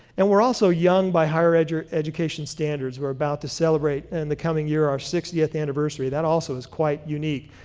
and we're also young by higher and education standards. we're about to celebrate in the coming year our sixtieth anniversary. that also is quite unique.